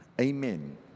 Amen